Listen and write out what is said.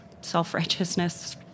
self-righteousness